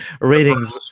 ratings